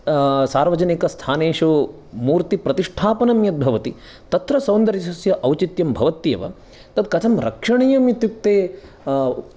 सार्वजनिकस्थानेषु मूर्तिप्रतिष्ठापनं यद् भवति तत्र सौन्दर्यस्य औचित्यं भवत्येव तद् कथं रक्षणीयं इत्युक्ते